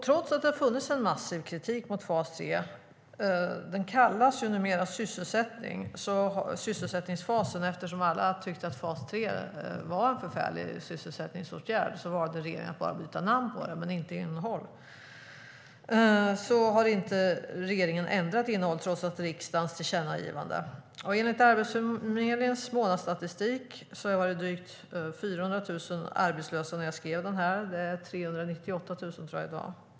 Trots att det funnits en massiv kritik mot fas 3, som numera kallas sysselsättningsfasen - eftersom alla tyckte att fas 3 var en förfärlig sysselsättningsåtgärd valde regeringen att byta namn på den - har inte regeringen ändrat innehållet, trots riksdagens tillkännagivande. Enligt Arbetsförmedlingens månadsstatistik var det drygt 400 000 arbetslösa när jag skrev interpellationen. Jag tror att det är 398 000 i dag.